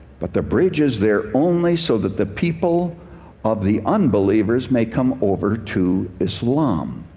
but the bridge is there only so that the people of the unbelievers may come over to islam.